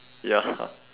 ya